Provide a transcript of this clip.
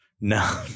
No